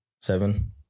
seven